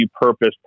purpose